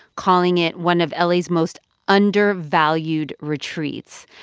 calling it one of la's most undervalued retreats,